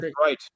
right